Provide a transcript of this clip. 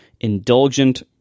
indulgent